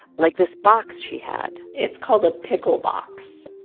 like this box she had it's called a pickle box.